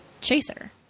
chaser